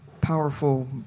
powerful